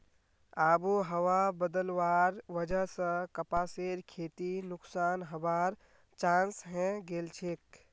आबोहवा बदलवार वजह स कपासेर खेती नुकसान हबार चांस हैं गेलछेक